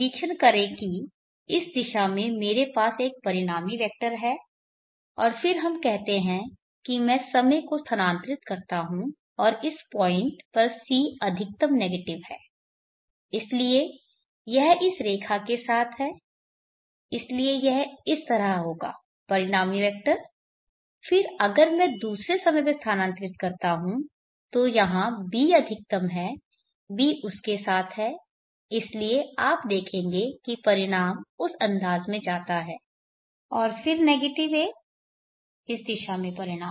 निरीक्षण करें कि इस दिशा में मेरे पास एक परिणामी वेक्टर है और फिर हम कहते हैं कि मैं समय को स्थानांतरित करता हूं और इस पॉइंट पर c अधिकतम नेगेटिव है इसलिए यह इस रेखा के साथ है इसलिए यह इस तरह होगा परिणामी वेक्टर फिर अगर मैं दूसरे समय पर स्थानांतरित करता हूं तो यहां b अधिकतम है b उसके साथ है इसलिए आप देखेंगे कि परिणाम उस अंदाज़ में जाता है और फिर नेगेटिव a इस दिशा में परिणाम